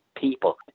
people